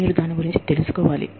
మీరు దాని గురించి తెలుసుకోవాలి